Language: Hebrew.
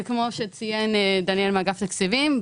כפי שציין דניאל שוורץ מאגף התקציבים,